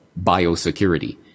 biosecurity